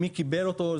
מי קיבל אותו,